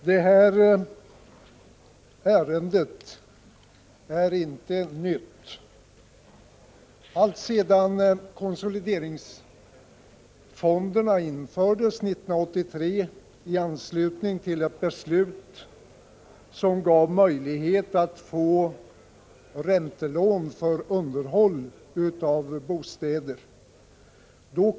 Herr talman! Detta ärende är inte nytt. Konsolideringsfonderna infördes 1983, och i anslutning därtill fattades ett beslut som gav möjlighet till räntelån för underhåll av bostäder.